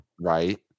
Right